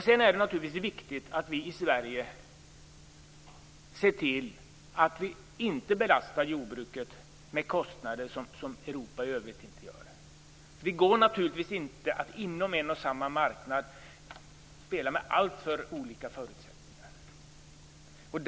Sedan är det naturligtvis viktigt att vi i Sverige ser till att vi inte belastar jordbruket med kostnader som Europa i övrigt inte har. Det går naturligtvis inte att inom en och samma marknad spela med alltför olika förutsättningar.